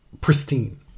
pristine